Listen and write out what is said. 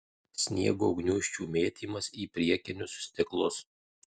sniego gniūžčių mėtymas į priekinius stiklus